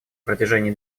протяжении